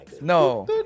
no